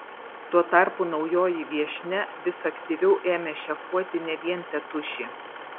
tuo tarpu naujoji viešnia vis aktyviau ėmė šefuoti ne vien tėtušį